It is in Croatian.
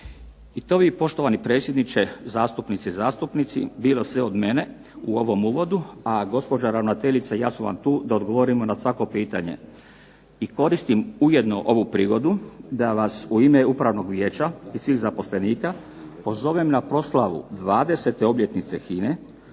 I to bi poštovani predsjedniče, zastupnice i zastupnici bilo sve od mene u ovom uvodu, a gospođa ravnateljica i ja sam vam tu da odgovorimo na svako pitanje. I koristim ujedno ovu prigodu da vas u ime upravnog vijeća i svih zaposlenika pozovem na proslavu 20. obljetnice HINA-e